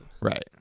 Right